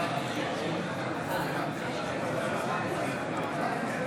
בעד אריאל קלנר, אינו משתתף בהצבעה גלעד